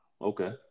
Okay